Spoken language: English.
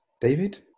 david